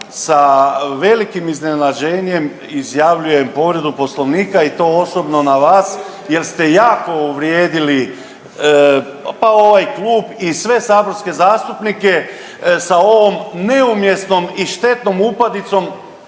sa velikim iznenađenjem izjavljujem povredu Poslovnika i to osobno na vas jer ste jako uvrijedili pa ovaj klub i sve saborske zastupnike sa ovom neumjesnom i štetnom upadicom